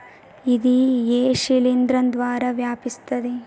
ఇది ఏ శిలింద్రం ద్వారా వ్యాపిస్తది?